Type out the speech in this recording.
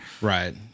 Right